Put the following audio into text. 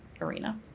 arena